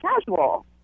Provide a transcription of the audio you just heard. casual